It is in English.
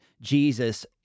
Jesus